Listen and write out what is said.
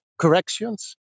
corrections